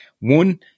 one